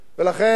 לכן,